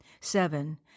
Seven